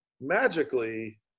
magically